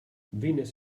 venus